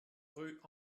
rue